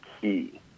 key